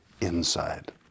inside